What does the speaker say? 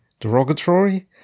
derogatory